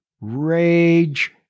rage